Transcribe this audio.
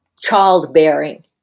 childbearing